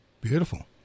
Beautiful